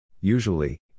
Usually